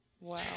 Wow